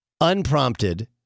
unprompted